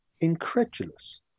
incredulous